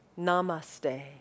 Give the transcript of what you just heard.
Namaste